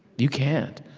you can't.